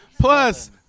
plus